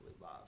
love